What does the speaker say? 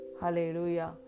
Hallelujah